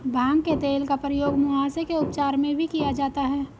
भांग के तेल का प्रयोग मुहासे के उपचार में भी किया जाता है